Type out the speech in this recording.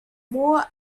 more